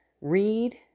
Read